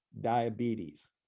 diabetes